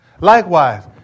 Likewise